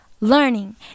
learning